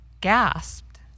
gasped